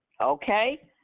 Okay